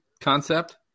concept